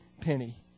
penny